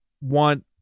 want